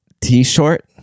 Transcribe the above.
t-shirt